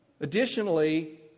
Additionally